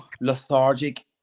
lethargic